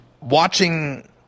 watching